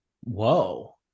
Whoa